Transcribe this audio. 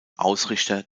ausrichter